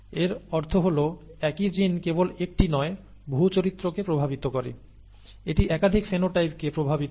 এর অর্থ হল একই জিন কেবল একটি নয় বহু চরিত্রকে প্রভাবিত করে এটি একাধিক ফিনোটাইপকে প্রভাবিত করে